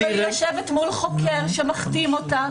אבל היא יושבת מול חוקר שמחתים אותה.